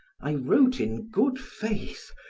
i wrote in good faith,